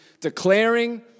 declaring